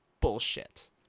bullshit